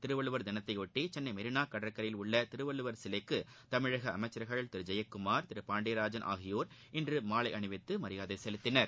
திருவள்ளூவர் தினத்தையோட்டி சென்னை மெரீனா கடற்கரையில் உள்ள திருவள்ளூவர் சிலைக்கு தமிழக அமைச்சர்கள் திரு ஜெயக்குமார் திரு பாண்டியராஜன் ஆகியோர் இன்று மாலை அணிவித்து மரியாதை செலுத்தினர்